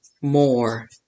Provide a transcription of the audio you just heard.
more